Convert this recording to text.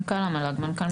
מנכ"ל המל"ג.